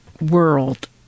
world